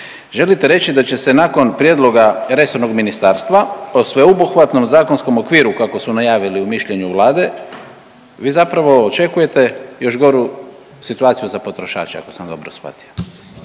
želite reći da će se nakon prijedloga resornog ministarstva o sveobuhvatnom zakonskom okviru kako su najavili u mišljenju Vlade vi zapravo očekujete još goru situaciju za potrošače ako sam dobro shvatio?